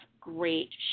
great